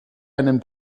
einem